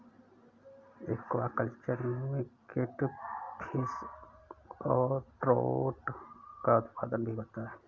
aquaculture में catfish और trout का उत्पादन भी होता है